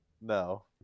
No